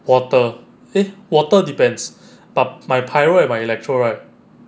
water a water depends but my pirate my electoral right ya my pirate and my electoral always drop ya I think it's course of characters I feel